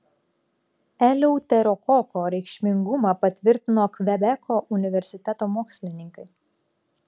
eleuterokoko reikšmingumą patvirtino kvebeko universiteto mokslininkai